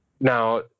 now